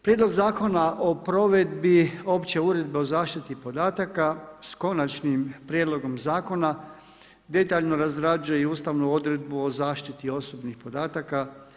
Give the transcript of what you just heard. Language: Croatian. Prijedlog zakona o provedbi opće uredbe o zaštiti podataka s Konačnim prijedlogom zakona detaljno razrađuje i ustavnu odredbu o zaštiti osobnih podataka.